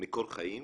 "מקור חיים",